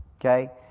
Okay